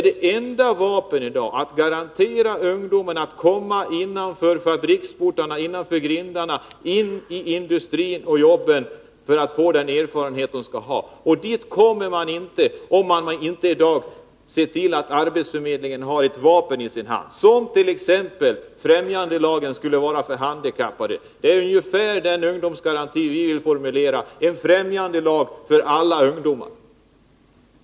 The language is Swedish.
Det enda vapnet i dag är nämligen att garantera ungdomarna att de kan komma innanför fabriksportarna, innanför grindarna, in i industrin och till jobben, så att de får den erfarenhet de behöver. Dit kommer de inte om man inte redan i dag ser till att arbetsförmedlingen har ett vapen i sin hand, somt.ex. främjandelagen skulle vara för handikappade. Det är ungefär den ungdomsgaranti vi vill formulera — en främjandelag för alla ungdomar.